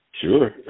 Sure